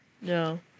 No